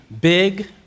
big